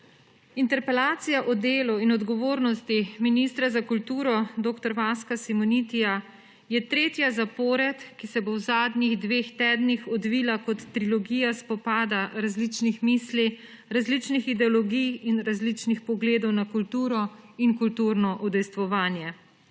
Interpelacija o delu in odgovornosti ministra za kulturo dr. Vaska Simonitija je tretja zapored, ki se bo v zadnjih dveh tednih odvila kot trilogija spopada različnih misli, različnih ideologij in različnih pogledov na kulturo in kulturno udejstvovanje.